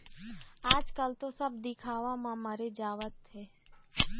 आजकल तो सब दिखावा म मरे जावत हें